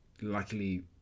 luckily